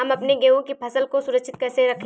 हम अपने गेहूँ की फसल को सुरक्षित कैसे रखें?